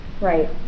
right